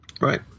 Right